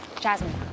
Jasmine